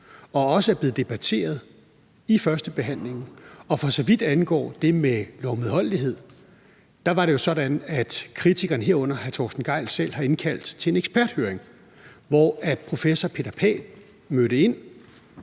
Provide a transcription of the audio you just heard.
og også er blevet debatteret i førstebehandlingen. Og for så vidt angår det med lovmedholdelighed, var det jo sådan, at kritikerne, herunder hr. Torsten Gejl, selv har indkaldt til en eksperthøring, hvor professor Peter Pagh mødte ind,